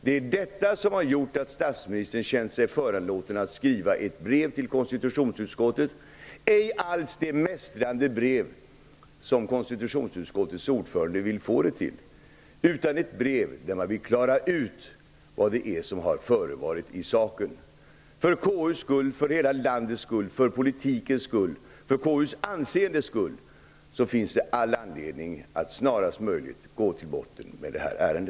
Det är detta som har gjort att statsministern känt sig föranlåten att skriva ett brev till konstitutionsutskottet, ej alls det mästrande brev som konstitutionsutskottets ordförande vill få det till utan ett brev genom vilket man vill klara ut vad som har förevarit i saken. För landets, för politikens och för KU:s anseendes skull finns det all anledning att snarast gå till botten med detta ärende.